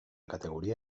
categoria